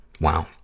Wow